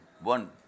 one